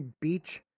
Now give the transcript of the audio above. beach